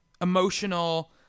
emotional